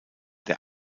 der